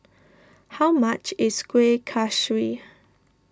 how much is Kuih Kaswi